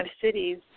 cities